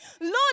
Lord